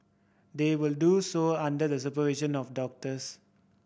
they will do so under the supervision of doctors